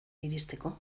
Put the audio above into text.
iristeko